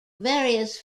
various